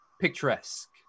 picturesque